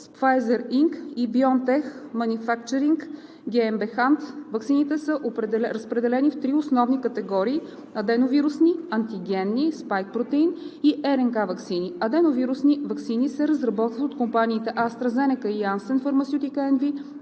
Pfizer Inc. и BioNTech. Ваксините са разпределени в 3 основни категории: аденовирусни, антигенни – Spike protein, и РНК ваксини. Аденовирусни ваксини се разработват от компаниите AstraZeneca и Janssen Pharmaceutica NV,